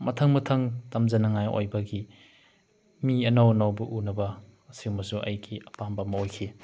ꯃꯊꯪ ꯃꯊꯪ ꯇꯝꯖꯅꯤꯡꯉꯥꯏ ꯑꯣꯏꯕꯒꯤ ꯃꯤ ꯑꯅꯧ ꯑꯅꯧꯕ ꯎꯟꯅꯕ ꯑꯁꯤꯒꯨꯝꯕꯁꯨ ꯑꯩꯒꯤ ꯑꯄꯥꯝꯕ ꯑꯃ ꯑꯣꯏꯈꯤ